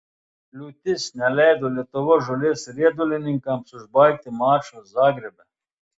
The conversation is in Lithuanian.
liūtis neleido lietuvos žolės riedulininkams užbaigti mačo zagrebe